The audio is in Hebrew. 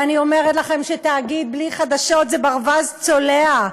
ואני אומרת לכם שתאגיד בלי חדשות זה ברווז צולע,